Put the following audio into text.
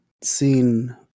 seen